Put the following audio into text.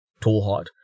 Tallheart